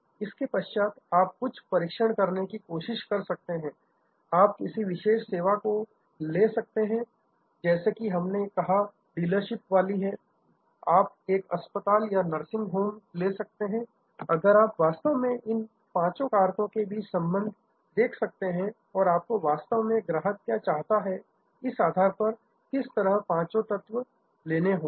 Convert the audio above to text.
इसके पश्चात आप कुछ परीक्षण करने की कोशिश कर सकते हैं आप किसी विशेष सेवा को ले सकते हैं जैसे यहां हमने कहा डीलरशिप वाली है आप एक अस्पताल या नर्सिंग होम ले सकते हैं और आप वास्तव में इन पांचों कारकों के बीच संबंध देख सकते हैं और आपको वास्तव में ग्राहक क्या चाहता है इस आधार पर किस तरह पांच तत्व लेने होंगे